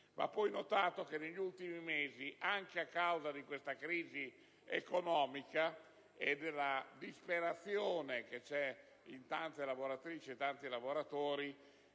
Va poi notato che negli ultimi mesi, anche a causa di questa crisi economica e della disperazione che c'è in tante lavoratrici e tanti lavoratori,